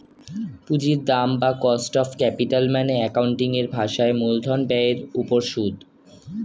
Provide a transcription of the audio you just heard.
পুঁজির দাম বা কস্ট অফ ক্যাপিটাল মানে অ্যাকাউন্টিং এর ভাষায় মূলধন ব্যয়ের উপর সুদ